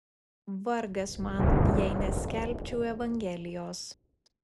vargas man jei neskelbčiau evangelijos